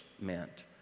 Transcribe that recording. meant